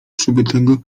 przebytego